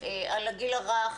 לגיל הרך,